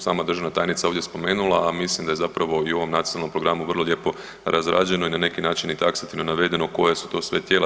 Sama državna tajnica je ovdje spomenula, a mislim da je zapravo i u ovom nacionalnom programu vrlo lijepo razrađeno i na neki način i taksativno navedeno koja su to sve tijela.